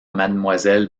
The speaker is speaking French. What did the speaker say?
mademoiselle